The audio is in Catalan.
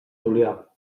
julià